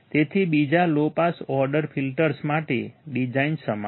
તેથી બીજા low pass order filters માટે ડિઝાઇન સમાન છે